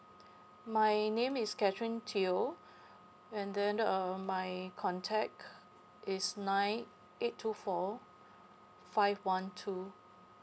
my name is K A T H E R I N E T E O and then uh my contact is nine eight two four five one two